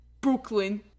Brooklyn